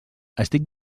estic